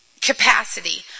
capacity